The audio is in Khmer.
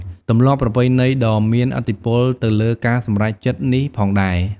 ទម្លាប់ប្រពៃណីក៏មានឥទ្ធិពលទៅលើការសម្រេចចិត្តនេះផងដែរ។